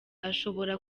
ashobora